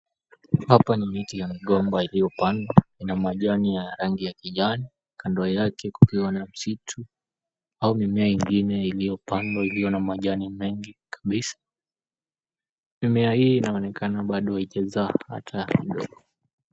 Hapa ni miti ya migomba iliyopandwa na majani ya rangi ya kijani. Kando yake kukiwa na msitu au mimea ingine iliyopandwa iliyo na majani mengi kabisa. Mimea hii inaonekana bado haijazaa hata kidogo.